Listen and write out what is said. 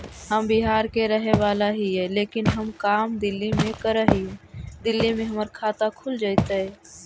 हम बिहार के रहेवाला हिय लेकिन हम काम दिल्ली में कर हिय, दिल्ली में हमर खाता खुल जैतै?